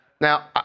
Now